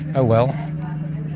oh well.